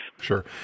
Sure